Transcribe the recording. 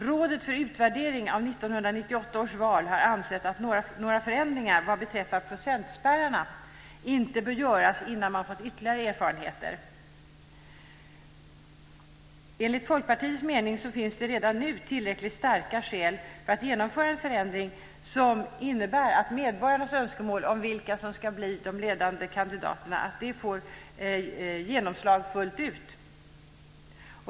Rådet för utvärdering av 1998 års val har ansett att några förändringar vad beträffar procentspärrarna inte bör göras innan man fått ytterligare erfarenheter. Enligt Folkpartiets mening finns det redan nu tillräckligt starka skäl för att genomföra en förändring som innebär att medborgarnas önskemål om vilka som ska bli de ledande kandidaterna får genomslag fullt ut.